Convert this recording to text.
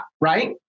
right